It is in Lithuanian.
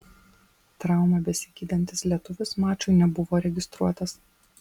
traumą besigydantis lietuvis mačui nebuvo registruotas